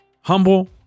humble